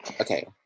okay